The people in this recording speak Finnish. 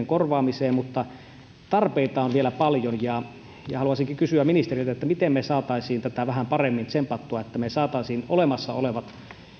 korvaamiseen mutta tarpeita on vielä paljon haluaisinkin kysyä ministeriltä miten me saisimme tätä vähän paremmin tsempattua että me saisimme olemassa olevat